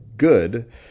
good